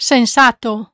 Sensato